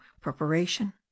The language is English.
preparation